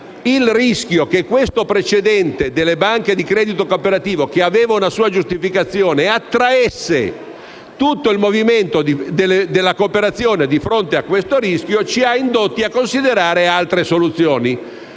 Il rischio che questo precedente delle banche di credito cooperativo, che aveva una sua giustificazione, attraesse tutto il movimento della cooperazione ci ha indotti a considerare altre soluzioni.